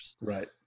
right